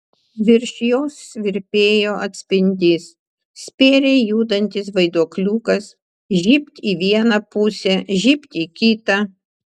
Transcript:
virš jos virpėjo atspindys spėriai judantis vaiduokliukas žybt į vieną pusę žybt į kitą